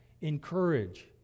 Encourage